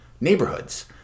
neighborhoods